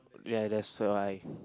ya that's why